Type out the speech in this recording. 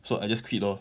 so I just quit lor